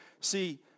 See